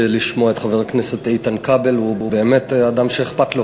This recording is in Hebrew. טקסטיל" נקלע לקשיים בשל יבוא מחוץ-לארץ ועליית מחירי